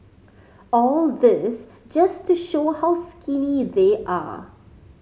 all this just to show how skinny they are